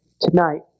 tonight